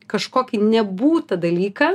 kažkokį nebūtą dalyką